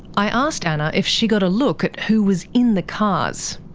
i asked anna if she got a look at who was in the cars.